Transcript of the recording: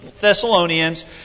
Thessalonians